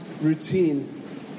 routine